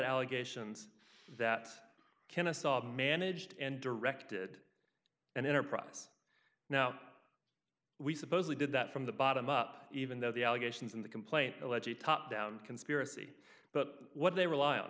allegations that kennesaw managed and directed an enterprise now we supposedly did that from the bottom up even though the allegations in the complaint alleges top down conspiracy but what they rely on